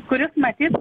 kuris matyt